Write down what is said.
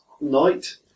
night